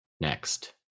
next